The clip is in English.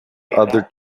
other